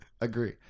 Agree